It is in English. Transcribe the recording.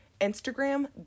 Instagram